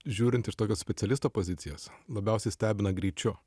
žiūrint iš tokio specialisto pozicijos labiausiai stebina greičiu